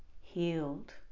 healed